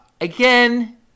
again